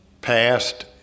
passed